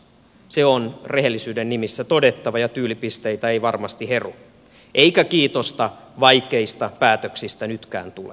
se on rehellisyyden nimissä todettava ja tyylipisteitä ei varmasti heru eikä kiitosta vaikeista päätöksistä nytkään tule